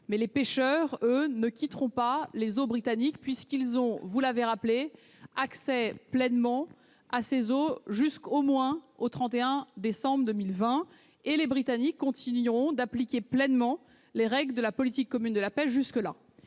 mais les pêcheurs, eux, ne quitteront pas les eaux britanniques. Comme vous l'avez rappelé, ils auront accès à ces eaux au moins jusqu'au 31 décembre 2020. Les Britanniques continueront d'appliquer pleinement les règles de la politique commune de la pêche jusqu'à